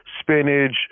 spinach